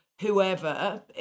whoever